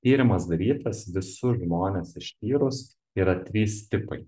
tyrimas darytas visus žmones ištyrus yra trys tipai